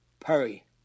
Perry